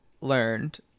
learned